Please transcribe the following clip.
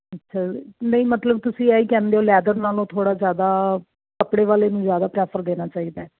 ਅੱਛਾ ਨਹੀਂ ਮਤਲਬ ਤੁਸੀਂ ਇਹ ਕਹਿੰਦੇ ਹੋ ਲੈਦਰ ਨਾਲੋਂ ਥੋੜਾ ਜਿਆਦਾ ਕੱਪੜੇ ਵਾਲੇ ਨੂੰ ਜਿਆਦਾ ਪ੍ਰੈਫਰ ਦੇਣਾ ਚਾਹੀਦਾ